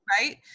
right